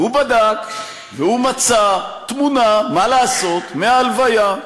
והוא בדק, והוא מצא תמונה, מה לעשות, מההלוויה,